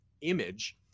image